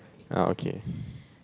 uh okay